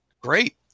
Great